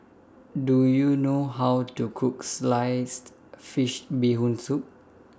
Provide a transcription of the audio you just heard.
Do YOU know How to Cook Sliced Fish Bee Hoon Soup